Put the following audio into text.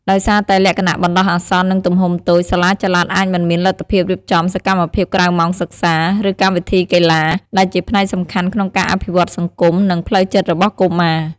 ដោយសារតែលក្ខណៈបណ្ដោះអាសន្ន និងទំហំតូច សាលាចល័តអាចមិនមានលទ្ធភាពរៀបចំសកម្មភាពក្រៅម៉ោងសិក្សា ឬកម្មវិធីកីឡា ដែលជាផ្នែកសំខាន់ក្នុងការអភិវឌ្ឍសង្គម និងផ្លូវចិត្តរបស់កុមារ។